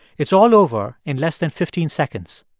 it's all over in less than fifteen seconds.